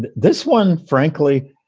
and this one, frankly,